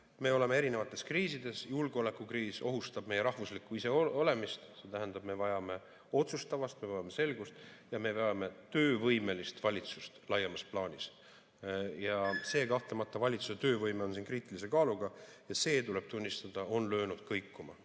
Meil on erinevad kriisid. Julgeolekukriis ohustab meie rahvuslikku iseolemist, see tähendab, et me vajame otsustavust, me vajame selgust ja me vajame töövõimelist valitsust laiemas plaanis. Kahtlemata, valitsuse töövõime on siin kriitilise kaaluga ja see, tuleb tunnistada, on löönud kõikuma.